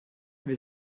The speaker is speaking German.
wir